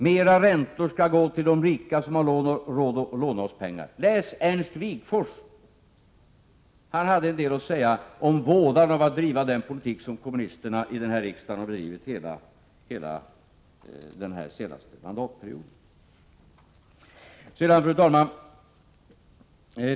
Mer räntor skall gå till de rika, som har råd att låna oss pengar. Läs Ernst Wigforss! Han hade en del att säga om vådan av att driva den politik som kommunisterna i den här riksdagen har drivit hela den senaste mandatperioden. Fru talman!